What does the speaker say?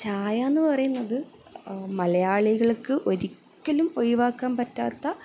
ചായയെന്ന് പറയുന്നത് മലയാളികൾക്ക് ഒരിക്കലും ഒഴിവാക്കാൻ പറ്റാത്ത